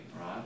right